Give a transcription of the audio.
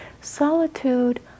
Solitude